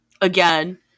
Again